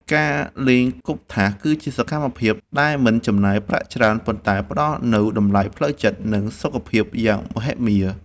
ការលេងគប់ថាស គឺជាសកម្មភាពដែលមិនចំណាយប្រាក់ច្រើន ប៉ុន្តែផ្ដល់នូវតម្លៃផ្លូវចិត្ត និងសុខភាពយ៉ាងមហិមា។